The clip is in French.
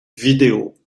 vidéo